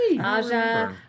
Aja